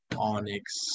onyx